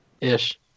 Ish